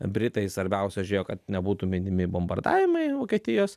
britai svarbiausia žiūrėjo kad nebūtų minimi bombardavimai vokietijos